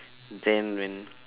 then when